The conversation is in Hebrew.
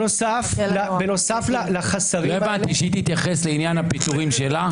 לא הבנתי, שהיא תתייחס לעניין הפיטורים שלה?